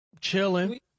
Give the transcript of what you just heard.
Chilling